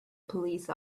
police